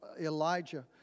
Elijah